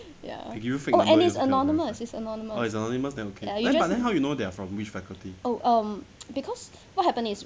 ya oh and it's anonymous is anonymous then you just oh um because what happened is